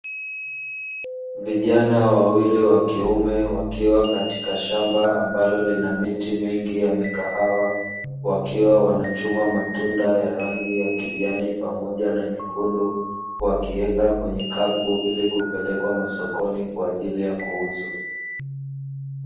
Vijana wawili wa kiume wakiwa katika shamba ambalo lina miti mingi ya mikahawa, wakiwa wanachuma matunda ya rangi ya kijani pamoja na nyekundu, wakiweka kwenye kapu ili kupeleka masokoni kwa ajili ya kuuza.